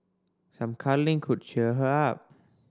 some cuddling could cheer her up